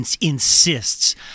insists